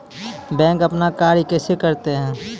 Bank अपन कार्य कैसे करते है?